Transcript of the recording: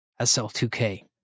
SL2K